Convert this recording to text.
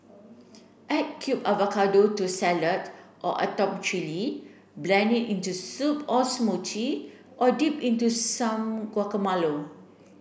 add cubed avocado to salad or atop chilli blend it into soup or smoothy or dip into some guacamole